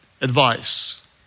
advice